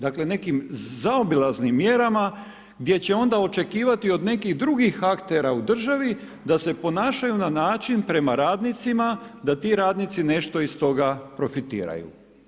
Dakle, nekim zaobilaznim mjerama, gdje će onda očekivati od nekih drugih aktera u državi da se ponašaju na način prema radnicima da ti radnici nešto iz toga profitiraju.